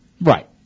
Right